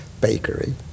bakery